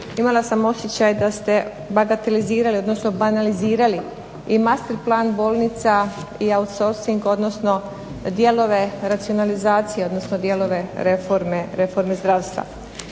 imala sam osjećaj da ste bagatelizirali odnosno banalizirali i … plan bolnica i outcourcing, odnosno dijelove racionalizacije, odnosno dijelove reforme zdravstva.